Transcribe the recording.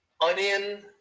onion